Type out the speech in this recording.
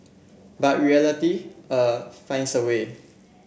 but reality uh finds a way